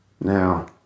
now